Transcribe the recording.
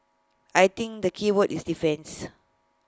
I think the keyword is defence